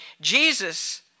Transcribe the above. Jesus